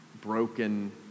broken